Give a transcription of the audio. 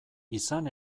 izan